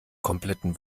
kompletten